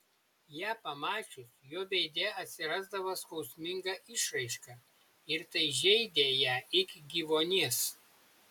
ją pamačius jo veide atsirasdavo skausminga išraiška ir tai žeidė ją iki gyvuonies